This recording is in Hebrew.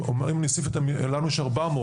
לנו יש 400,